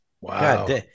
Wow